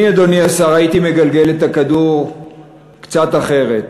אני, אדוני השר, הייתי מגלגל את הכדור קצת אחרת,